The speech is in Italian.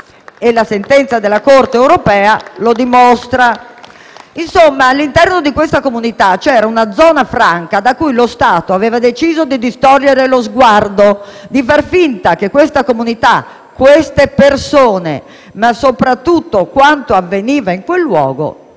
e la sentenza della Corte europea dei diritti dell'uomo lo dimostra. Insomma, all'interno di questa comunità c'era una zona franca da cui lo Stato aveva deciso di distogliere lo sguardo, di far finta che questa comunità, queste persone, ma soprattutto quanto avveniva in quel luogo,